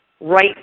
right